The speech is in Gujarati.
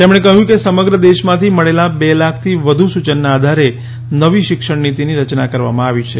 તેમણે કહ્યું કે સમગ્ર દેશમાંથી મળેલા બે લાખથી વધુ સૂચનોના આધારે નવી શિક્ષણનીતિની રચના કરવામાં આવી છે